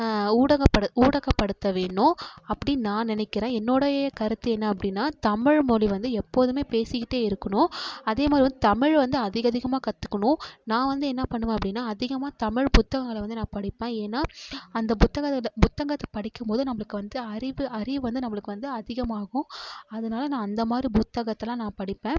ஊடகப்படு ஊடகப்படுத்த வேணும் அப்படின்னு நான் நினைக்கிறேன் என்னுடைய கருத்து என்ன அப்படினால் தமிழ்மொழி வந்து எப்போதுமே பேசிக்கிட்டே இருக்கணும் அதே மாதிரி வந்து தமிழ் வந்து அதிகதிகமாக கற்றுக்கணும் நான் வந்து என்ன பண்ணுவேன் அப்படினால் அதிகமாக தமிழ் புத்தகங்களை வந்து நான் படிப்பேன் ஏன்னால் அந்த புத்தகத்தை புத்தகத்தை படிக்கும் போது நம்மளுக்கு வந்து அறிவு அறிவு வந்து நம்மளுக்கு வந்து அதிகமாகும் அதனால நான் அந்த மாதிரி புத்தகத்தயெலாம் நான் படிப்பேன்